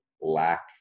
lack